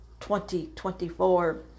2024